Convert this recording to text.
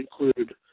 include